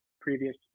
previous